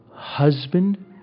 Husband